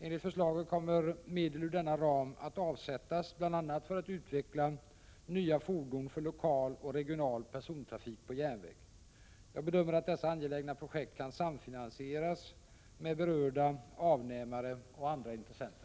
Enligt förslaget kommer medel ur denna ram att avsättas bl.a. för att utveckla nya fordon för lokal och regional persontrafik på järnväg. Jag bedömer att dessa angelägna projekt kan samfinansieras med berörda avnämare och andra intressenter.